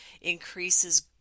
increases